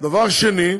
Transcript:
דבר שני,